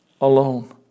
alone